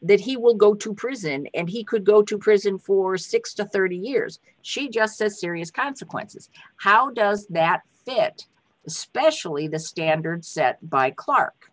that he will go to prison and he could go to prison for six to thirty years she just says serious consequences how does that fit specially the standard set by clark